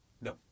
No